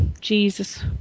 Jesus